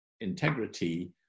integrity